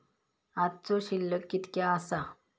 आजचो शिल्लक कीतक्या आसा?